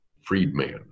freedman